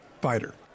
fighter